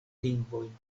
lingvojn